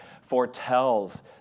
foretells